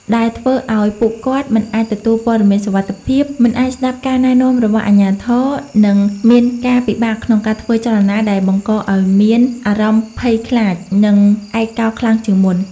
ដែលធ្វើឱ្យពួកគាត់មិនអាចទទួលព័ត៌មានសុវត្ថិភាព មិនអាចស្ដាប់ការណែនាំរបស់អាជ្ញាធរ និងមានការពិបាកក្នុងការធ្វើចលនា ដែលបង្កឱ្យមានអារម្មណ៍ភ័យខ្លាច និងឯកោខ្លាំងជាងមុន។